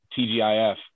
TGIF